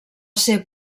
ser